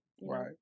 Right